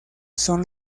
son